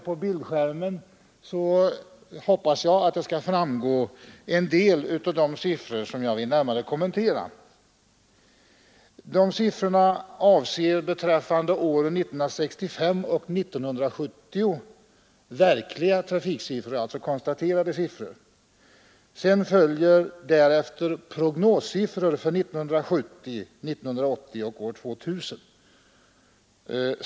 På bildskärmen hoppas jag skall framgå några av de siffror som jag vill närmare kommentera. De siffrorna avser beträffande åren 1965 och 1970 verkliga tal, alltså konstaterade siffror. Därefter följer prognossiffror för åren 1970, 1980 och 2000.